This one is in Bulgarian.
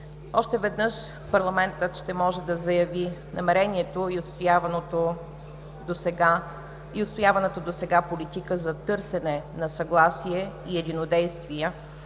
още веднъж парламентът ще може да заяви намерението и отстояваната досега политика за търсене на съгласие и единодействия